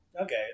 Okay